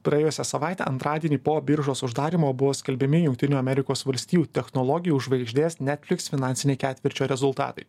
praėjusią savaitę antradienį po biržos uždarymo buvo skelbiami jungtinių amerikos valstijų technologijų žvaigždės netflix finansiniai ketvirčio rezultatai